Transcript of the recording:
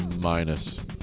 Minus